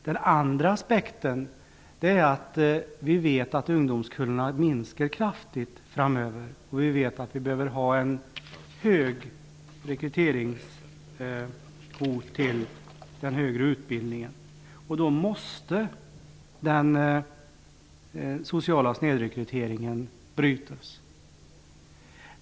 Det andra är att vi vet att ungdomskullarna minskar kraftigt framöver. Vi vet att vi behöver ha en stor rekryteringskvot när det gäller den högre utbildningen. Då måste den sociala snedrekryteringen brytas.